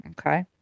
Okay